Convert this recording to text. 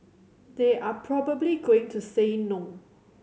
they are probably going to say no